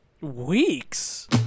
Weeks